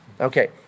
Okay